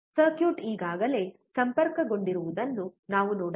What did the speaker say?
circuit ಈಗಾಗಲೇ ಸಂಪರ್ಕಗೊಂಡಿರುವುದನ್ನು ನಾವು ನೋಡಬಹುದು